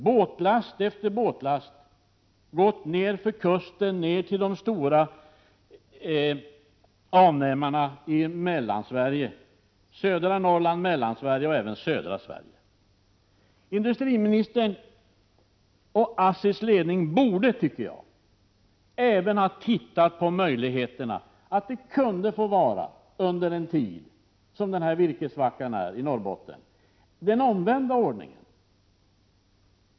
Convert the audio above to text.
Båtlast efter båtlast har gått nedför kusten till de stora avnämarna i södra Norrland, Mellansverige och även södra Sverige. Industriministern och ASSI:s ledning borde ha tittat på möjligheterna att — under den tid som vi har denna virkessvacka i Norrbotten — den omvända ordningen får råda.